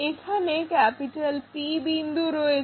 এখানে P বিন্দু রয়েছে